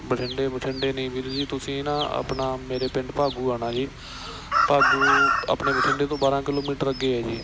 ਬਠਿੰਡੇ ਬਠਿੰਡੇ ਨਹੀਂ ਵੀਰ ਜੀ ਤੁਸੀਂ ਨਾ ਆਪਣਾ ਮੇਰੇ ਪਿੰਡ ਭਾਗੂ ਆਉਣਾ ਜੀ ਭਾਗੂ ਆਪਣੇ ਬਠਿੰਡੇ ਤੋਂ ਬਾਰ੍ਹਾਂ ਕਿਲੋਮੀਟਰ ਅੱਗੇ ਹੈ ਜੀ